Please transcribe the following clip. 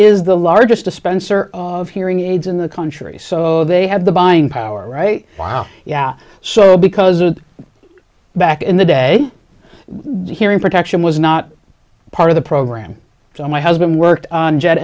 is the largest dispenser of hearing aids in the country so they have the buying power right wow yeah so because a back in the day hearing protection was not part of the program so my husband worked on jet